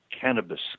Cannabis